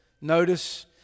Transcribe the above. notice